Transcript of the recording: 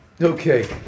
Okay